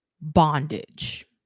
bondage